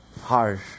harsh